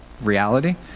reality